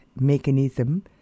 mechanism